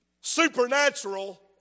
Supernatural